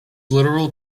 literal